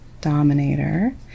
dominator